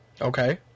Okay